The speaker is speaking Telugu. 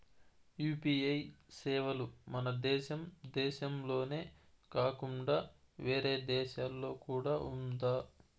యు.పి.ఐ సేవలు మన దేశం దేశంలోనే కాకుండా వేరే దేశాల్లో కూడా ఉందా?